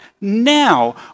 now